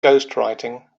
ghostwriting